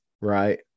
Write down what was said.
right